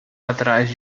atrás